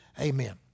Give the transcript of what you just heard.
Amen